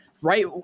right